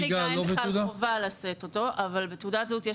אין חובה לשאת רישיון נהיגה אבל יש חובה לשאת תעודת זהות.